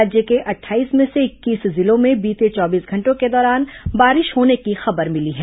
राज्य के अट्ठाईस में से इक्कीस जिलों में बीते चौबीस घंटों के दौरान बारिश होने की खबर मिली है